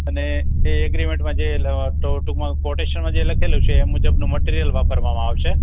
અને એ એગ્રીમેન્ટમાં જે ટૂંકમાં ક્વૉટેશનમાં જે લખેલું છે એ મુજબનું મટિરિયલ વાપરવામાં આવશે